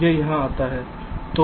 यह यहां आता है